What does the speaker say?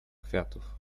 kwiatów